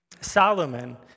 Solomon